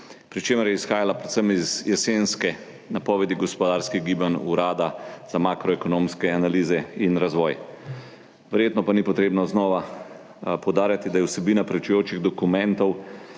pri čemer je izhajala predvsem iz jesenske napovedi gospodarskih gibanj Urada Republike Slovenije za makroekonomske analize in razvoj, verjetno pa ni treba znova poudarjati, da so vsebino pričujočih dokumentov